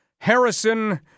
Harrison